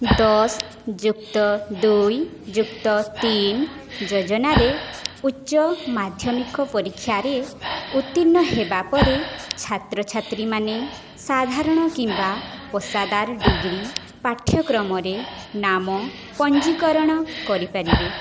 ଦଶ ଯୁକ୍ତ ଦୁଇ ଯୁକ୍ତ ତିନି ଯୋଜନାରେ ଉଚ୍ଚ ମାଧ୍ୟମିକ ପରୀକ୍ଷାରେ ଉତ୍ତୀର୍ଣ୍ଣ ହେବା ପରେ ଛାତ୍ରଛାତ୍ରୀମାନେ ସାଧାରଣ କିମ୍ବା ପେଷାଦାର ଡିଗ୍ରୀ ପାଠ୍ୟକ୍ରମରେ ନାମ ପଞ୍ଜୀକରଣ କରିପାରିବେ